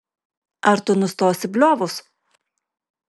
ar tu nustosi bliovus